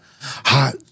Hot